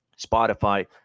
spotify